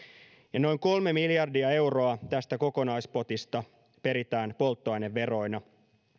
ja noin kolme miljardia euroa tästä kokonaispotista peritään polttoaineveroina